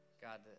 God